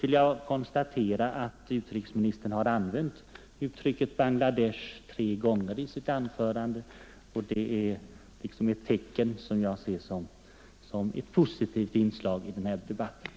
Till slut konstaterar jag att utrikesministern har använt ordet Bangla Desh tre gånger i sitt anförande. Det det är ett, som jag ser det, positivt inslag i den här debatten.